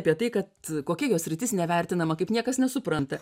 apie tai kad kokia jo sritis nevertinama kaip niekas nesupranta